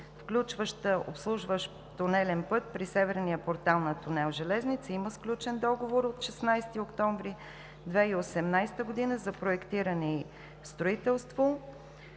включваща обслужващ тунелен път при северния портал на тунел „Железница“ има сключен договор от 16 октомври 2018 г. за проектиране и строителство.